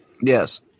yes